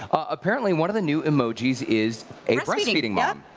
apparently one of the new emojis is a breast feeding mom,